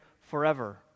forever